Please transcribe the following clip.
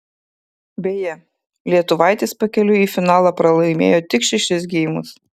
beje lietuvaitės pakeliui į finalą pralaimėjo tik šešis geimus